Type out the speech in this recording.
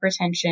hypertension